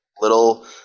little